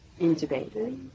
intubated